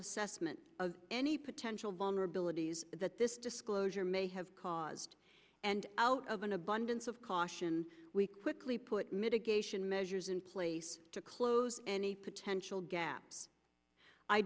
assessment of any potential vulnerabilities that this disclosure may have caused and out of an abundance of caution we quickly put mitigation measures in place to close any potential gaps i